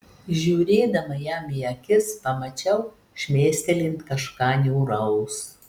žiūrėdama jam į akis pamačiau šmėstelint kažką niūraus